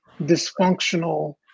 dysfunctional